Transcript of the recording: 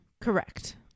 correct